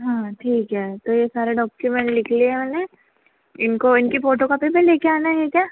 हाँ ठीक है तो ये सारे डॉक्युमेंट लिख लिए मैंने इनको इनकी फ़ोटोकॉपी भी लेके आना है क्या